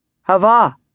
Hava